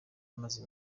amaze